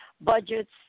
budgets